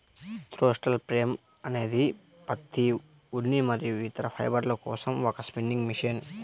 throstle frame అనేది పత్తి, ఉన్ని మరియు ఇతర ఫైబర్ల కోసం ఒక స్పిన్నింగ్ మెషిన్